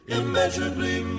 immeasurably